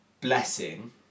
blessing